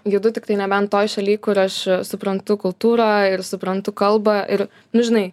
judu tiktai nebent toj šaly kur aš suprantu kultūrą ir suprantu kalbą ir nu žinai